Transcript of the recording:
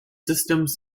systems